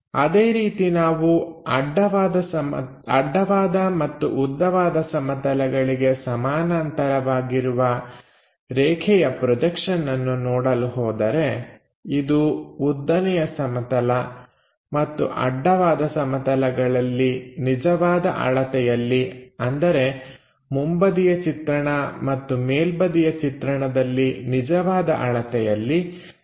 ಅದೇ ರೀತಿ ನಾವು ಅಡ್ಡವಾದ ಮತ್ತು ಉದ್ದವಾದ ಸಮತಲಗಳಿಗೆ ಸಮಾನಾಂತರವಾಗಿರುವ ರೇಖೆಯ ಪ್ರೊಜೆಕ್ಷನ್ಅನ್ನು ನೋಡಲು ಹೋದರೆ ಇದು ಉದ್ದನೆಯ ಸಮತಲ ಮತ್ತು ಅಡ್ಡವಾದ ಸಮತಲಗಳಲ್ಲಿ ನಿಜವಾದ ಅಳತೆಯಲ್ಲಿ ಅಂದರೆ ಮುಂಬದಿಯ ಚಿತ್ರಣ ಮತ್ತು ಮೇಲ್ಬದಿಯ ಚಿತ್ರಣದಲ್ಲಿ ನಿಜವಾದ ಅಳತೆಯಲ್ಲಿ ಕಾಣಿಸುತ್ತದೆ